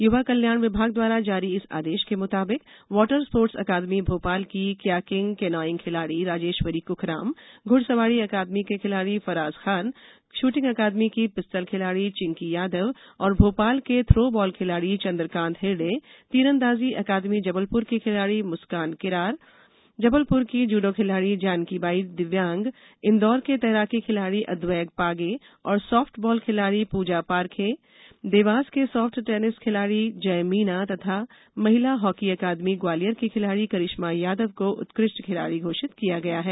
युवा कल्याण विभाग द्वारा जारी इस आदेश के मुताबिक वॉटर स्पोर्ट स अकादमी भोपाल की कयाकिंग केनॉइंग खिलाड़ी राजेश्वरी कुशराम घुड़सवारी अकादमी के खिलाड़ी फराज खान श्रृटिंग अकादमी की पिस्टल खिलाड़ी चिंकी यादव और भोपाल के थ्रोबॉल खिलाड़ी चंद्रकांत हरडेतीरंदाजी अकादमी जबलपुर की खिलाड़ी मुस्कान किरार एवं जबलपुर की जूडो खिलाड़ी जानकीबाई दिव्यांग इंदौर के तैराकी खिलाड़ी अद्वैग पागे और सॉफ्टबॉल खिलाड़ी पूजा पारखे देवास के सॉफ्ट टेनिस खिलाड़ी जय मीणा तथा महिला हॉकी अकादमी ग्वालियर की खिलाड़ी करिश्मा यादव को उत्कृष्ट खिलाड़ी घोषित किया गया है